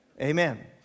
Amen